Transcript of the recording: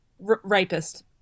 rapist